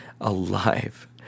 alive